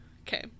Okay